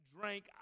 drank